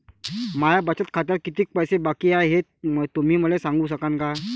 माया बचत खात्यात कितीक पैसे बाकी हाय, हे तुम्ही मले सांगू सकानं का?